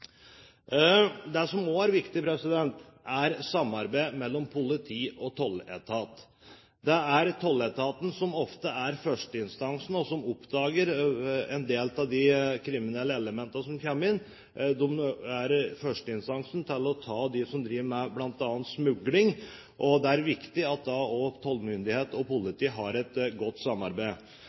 Det som også er viktig, er samarbeidet mellom politi og tolletat. Det er tolletaten som ofte er førsteinstansen, og som oppdager en del av de kriminelle elementene som kommer inn. De er førsteinstansen til å ta dem som driver med bl.a. smugling, og det er viktig at tollmyndighet og politi har et godt samarbeid.